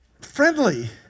friendly